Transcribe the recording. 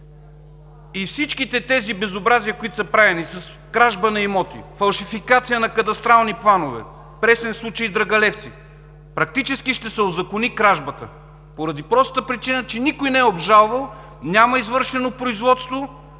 всички тези безобразия, които са правени – с кражба на имоти, фалшификация на кадастрални планове – пресен пример в Драгалевци, практически ще се узакони кражбата, по простата причина че никой не е обжалвал, няма извършено производство